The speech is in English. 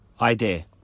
Idea